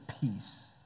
peace